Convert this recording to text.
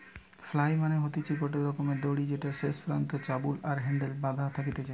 flail মানে হতিছে গটে রকমের দড়ি যেটার শেষ প্রান্তে চাবুক আর হ্যান্ডেল বাধা থাকতিছে